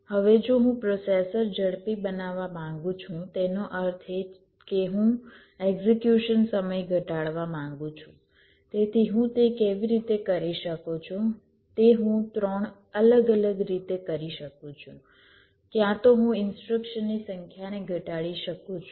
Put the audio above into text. હવે જો હું પ્રોસેસર ઝડપી બનાવવા માંગું છું તેનો અર્થ એ કે હું એક્ઝેક્યુશન સમય ઘટાડવા માંગુ છું તેથી હું તે કેવી રીતે કરી શકું છું તે હું ત્રણ અલગ અલગ રીતે કરી શકું છું ક્યાં તો હું ઇનસ્ટ્રક્શનની સંખ્યાને ઘટાડી શકું છું